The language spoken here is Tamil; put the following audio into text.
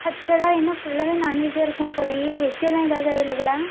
ஆக்ஷுவலாக என்ன ஃபுல்லாகவே நாண்வெஜ்ஜாக இருக்கும் போலேயே வெஜ்ஜெல்லாம் ஏதாவது அவைலபிளா